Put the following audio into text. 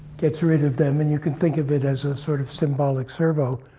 gets rid of them. and you can think of it as a sort of symbolic servo.